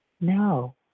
No